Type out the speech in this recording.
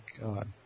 God